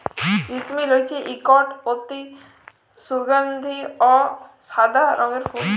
জেসমিল হছে ইকট অতি সুগাল্ধি অ সাদা রঙের ফুল